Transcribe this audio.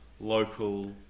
local